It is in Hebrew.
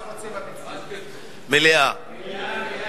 מליאה, מליאה.